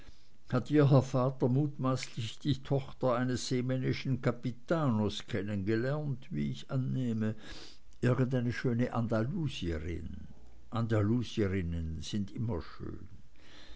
ihr herr vater mutmaßlich die tochter eines seemännischen kapitanos kennengelernt wie ich annehme irgendeine schöne andalusierin andalusierinnen sind immer schön